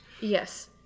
Yes